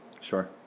Sure